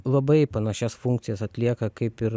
labai panašias funkcijas atlieka kaip ir